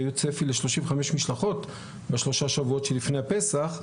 היה ציפי ל-35 משלחות בשלושה השבועות שלפני הפסח,